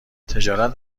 تجارت